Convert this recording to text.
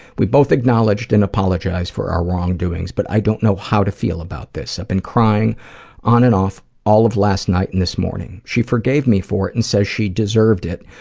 we both acknowledged and apologized for our wrongdoings, but i don't know how to feel about this. i've been crying on and off all of last night and this morning. she forgave me for it and says she deserved it,